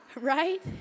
right